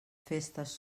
festes